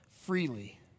freely